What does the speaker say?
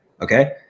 okay